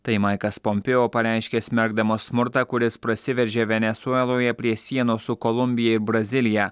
tai maikas pompėo pareiškia smerkdamas smurtą kuris prasiveržė venesueloje prie sienos su kolumbija ir brazilija